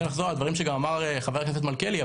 לחזור על דברים שאמר חבר הכנסת מלכיאלי,